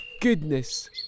goodness